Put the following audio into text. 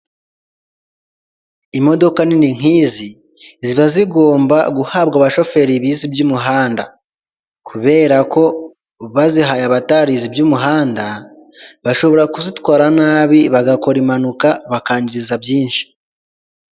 Imodoka nini nkizi ziba zigomba guhabwa abashoferi bize iby'umuhanda kubera ko bazihaye abatarize iby'umuhanda, bashobora kuzitwara nabi bagakora impanuka bakangiza byinshi.